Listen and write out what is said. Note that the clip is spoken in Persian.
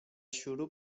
شروع